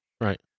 Right